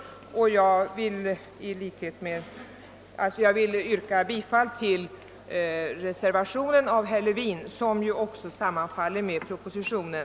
Herr talman! Jag ber att få yrka bifall till herr Levins reservation vid B i utskotitets hemställan; denna reservation överensstämmer ju också med propositionen.